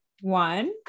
One